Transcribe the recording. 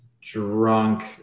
drunk